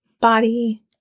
body